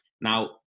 Now